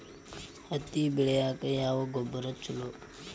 ಹತ್ತಿ ಬೆಳಿಗ ಯಾವ ಗೊಬ್ಬರ ಛಲೋ?